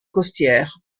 costières